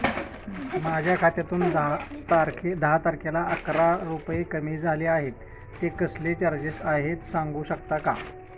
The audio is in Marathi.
माझ्या खात्यातून दहा तारखेला अकरा रुपये कमी झाले आहेत ते कसले चार्जेस आहेत सांगू शकता का?